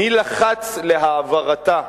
מי לחץ להעברתה,